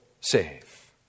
save